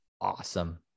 awesome